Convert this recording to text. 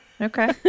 Okay